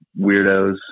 weirdos